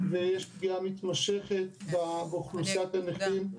ויש פגיעה מתמשכת באוכלוסיית הנכים.